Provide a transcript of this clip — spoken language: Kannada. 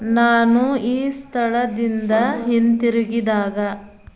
ನಾನು ಈ ಸ್ಥಳದಿಂದ ಹಿಂತಿರುಗಿದಾಗ